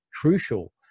crucial